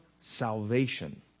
salvation